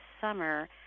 summer